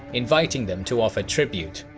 inviting them to offer tribute.